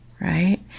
right